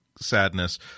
sadness